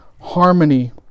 harmony